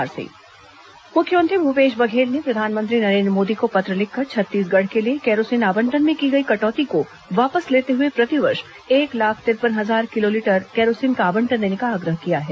मुख्यमंत्री प्रधानमंत्री पत्र मुख्यमंत्री भूपेश बघेल ने प्रधानमंत्री नरेन्द्र मोदी को पत्र लिखकर छत्तीसगढ़ के लिए केरोसिन आवंटन में की गई कटौती को वापस लेते हुए प्रतिवर्ष एक लाख ितिरपन हजार किलोलीटर केरोसिन का आवंटन देने का आग्रह किया है